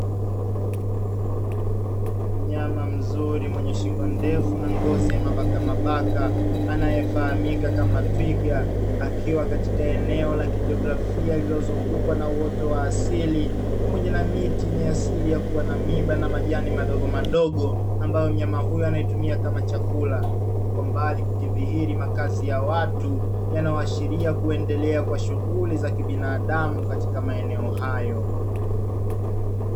Mnyama mzuri mwenye shingo ndefu na ngozi ya mabaka mabaka, anayefahamika kama twiga akiwa katika eneo la kijiografia, lililozungukwa na uoto wa asili pamoja na miti ni asili ya kuwa na miba na majani madogo madogo, ambayo mnyama huyo anaitumia kama chakula huku kwa mbali kukidhihiri makazi ya watu, yanayoashiria kuendelea kwa shughuli za kibinadamu katika maeneo hayo.